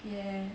yeah